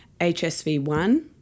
hsv1